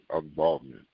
involvement